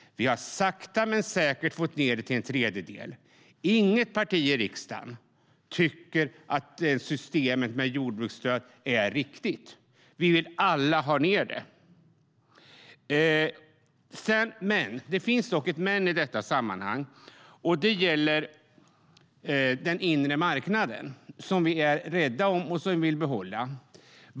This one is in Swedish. Vi har sakta men säkert fått ned det till en tredjedel. Inget parti i riksdagen tycker att systemet med jordbruksstöd är riktigt. Vi vill alla ha ned det. Det finns dock ett "men" i detta sammanhang, och det gäller den inre marknaden som vi är rädda om och som vi vill behålla.